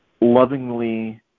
lovingly